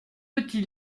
petit